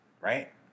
right